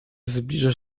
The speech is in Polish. zbliża